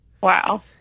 Wow